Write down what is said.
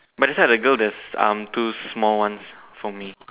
but that side the girl there's um two small ones for me